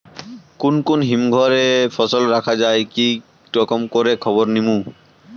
কুন কুন হিমঘর এ ফসল রাখা যায় কি রকম করে খবর নিমু?